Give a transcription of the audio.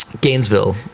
Gainesville